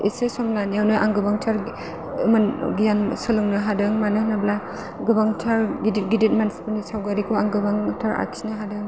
एसे सम लानायावनो आं गोबांथार गियान सोलोंनो हादों मानो होनोब्ला गोबांथार गिदिर गिदिर मानसिफोरनि सावगारिखौ आं गोबांथार आखिनो हादों